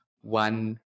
one